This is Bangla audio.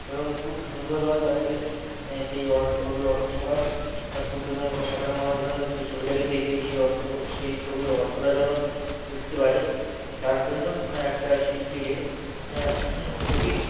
এবং খুব সুন্দরভাবে তাদেরকে সেই ছবির অর্থ প্রকাশটা খুব যেন সাধারণ মানুষ যেন সেই ছবিটাকে দেখলেই সেই অর্থ সেই ছবির অর্থটা যেন বুঝতে পারে তার জন্য একটা শিল্পীকে খুবই